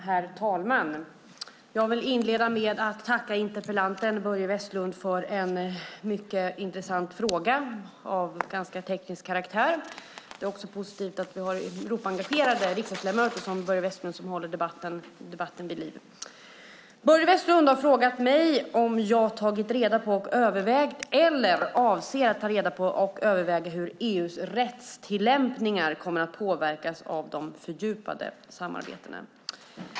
Herr talman! Jag vill inleda med att tacka interpellanten Börje Vestlund för en mycket intressant fråga av ganska teknisk karaktär. Det är positivt att vi har Europaengagerade riskdagsledamöter som Börje Vestlund som håller debatten vid liv. Börje Vestlund har frågat mig om jag har tagit reda på och övervägt eller avser att ta reda på och överväga hur EU:s rättstillämpningar kommer att påverkas av de fördjupade samarbetena.